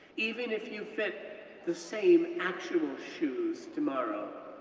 even if you fit the same actual shoes tomorrow,